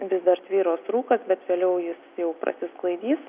vis dar tvyros rūkas bet vėliau jis jau prasisklaidys